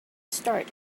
start